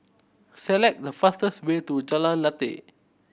select the fastest way to Jalan Lateh